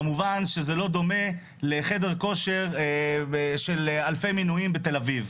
כמובן שזה לא דומה לחדר כושר של אלפי מנויים בתל אביב.